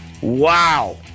Wow